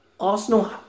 Arsenal